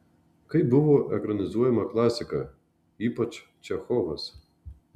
kaip buvo ekranizuojama klasika ypač čechovas